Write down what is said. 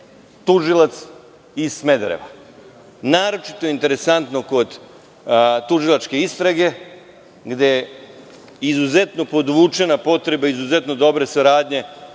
tužilac iz Smedereva. Naročito je interesantno kod tužilačke istrage, gde je izuzetno podvučena potreba izuzetno dobre saradnje